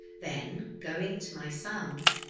then, going to my sounds,